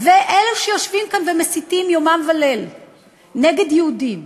ואלה שיושבים כאן מסיתים יומם וליל נגד יהודים,